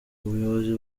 ubuyobozi